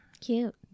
Cute